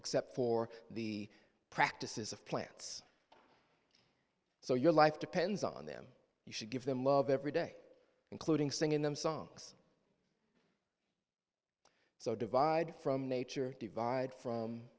except for the practices of plants so your life depends on them you should give them love every day including singing them songs so divide from nature divide from